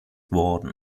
worden